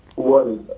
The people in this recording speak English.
what